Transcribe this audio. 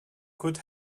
could